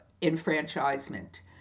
enfranchisement